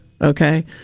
Okay